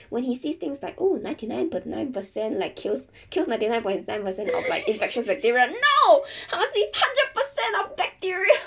when he sees things like oh ninety nine point nine percent like kills kills ninety nine point nine percent of like infectious bacteria no I must be hundred percent of bacteria